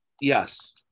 Yes